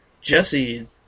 Jesse